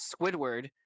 Squidward